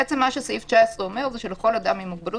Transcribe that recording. בעצם מה שהוא אומר, שלכל אדם עם מוגבלות,